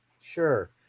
Sure